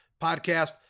podcast